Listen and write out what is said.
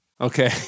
okay